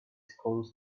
schools